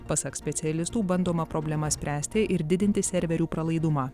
pasak specialistų bandoma problemas spręsti ir didinti serverių pralaidumą